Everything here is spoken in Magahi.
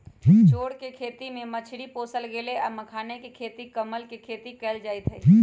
चौर कें खेती में मछरी पोशल गेल आ मखानाके खेती कमल के खेती कएल जाइत हइ